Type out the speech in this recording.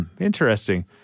Interesting